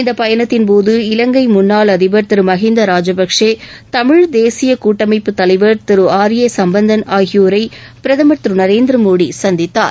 இந்த பயணத்தின் போது இலங்கை முன்னாள் அதிபர் திரு மகிந்தா ராஜபக்சே தமிழ் தேசிய கூட்டமைப்பு தலைவர் திரு ஆர் ஏ சம்பந்தன் ஆகியோரை பிரதமர் திரு நரேந்திர மோடி சந்தித்தார்